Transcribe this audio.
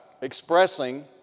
expressing